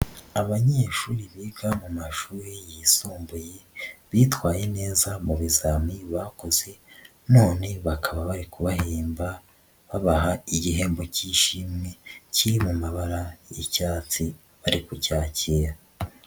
Abanyeshuri biga mu mashuri yisumbuye, bitwaye neza mu bizami bakoze none bakaba bari kubahemba babaha igihembo cy'ishimwe kiri mu mabara y'icyatsi ari kucyakira.